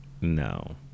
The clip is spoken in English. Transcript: no